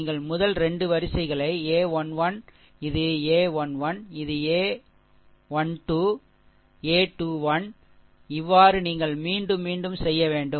நீங்கள் முதல் 2 வரிசைகளை a11 இது a11 இது a 1 1 a 1 2 a 1 2 a 21 a 2 2 a 2 2 இவ்வாறு நீங்கள் மீண்டும் மீண்டும் செய்ய வேண்டும்